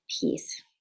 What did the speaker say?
peace